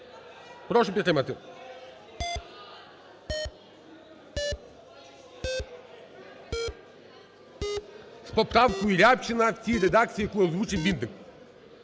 прошу підтримати. З поправкою Рябчина в тій редакції, яку озвучив Вінник.